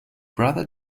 brother